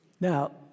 Now